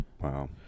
Wow